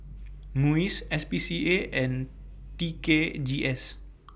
Muis S P C A and T K G S